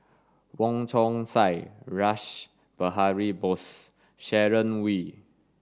Wong Chong Sai Rash Behari Bose and Sharon Wee